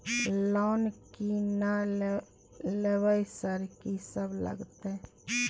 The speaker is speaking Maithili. लोन की ना लेबय सर कि सब लगतै?